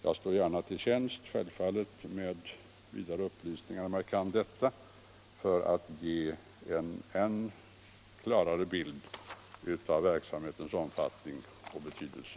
Jag står självfallet, om jag kan det, gärna till tjänst med vidare upplysningar för att ge en ännu klarare bild av RIA-verksamhetens omfattning och betydelse.